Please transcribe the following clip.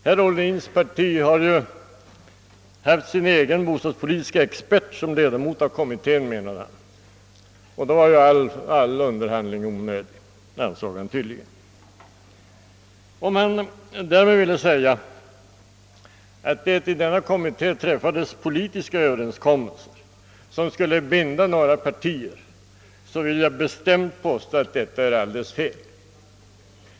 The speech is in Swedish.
Herr Ohlins parti har haft sin egen bostadspolitiska expert som ledamot av kommittén, menade han, och han ansåg då tydligen att alla underhandlingar var onödiga. Om han därmed ville säga att det i denna kommitté träffades politiska överenskommelser som skulle binda några partier, vill jag bestämt påstå att detta är alldeles fel.